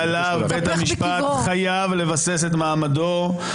-- שעליו בית המשפט חייב לבסס את מעמדו --- הוא מתהפך בקברו.